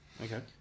Okay